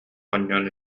оонньоон